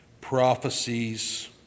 prophecies